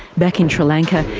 back in sri lanka,